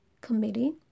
committee